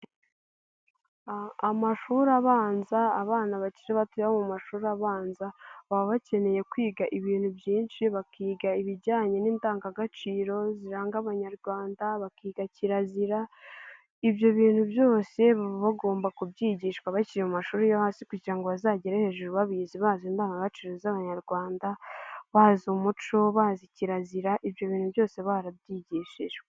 Amashuri abanza abana bakiri bato bo mu mashuri abanza, baba bakeneye kwiga ibintu byinshi, bakiga ibijyanye n'indangagaciro ziranga abanyarwanda, bakiga kirazira. Ibyo bintu byose baba bagomba kubyigishwa bakiri mu mashuri yo hasi kugira ngo bazagere hejuru babizi, bazi indangagaciro z'abanyarwanda, bazi umuco, bazi kirazira, ibyo bintu byose barabyigishijwe.